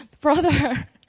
brother